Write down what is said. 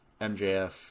MJF